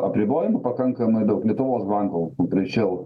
apribojimų pakankamai daug lietuvos banko greičiau